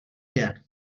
den